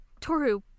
Toru